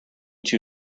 two